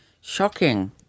shocking